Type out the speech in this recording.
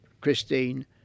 Christine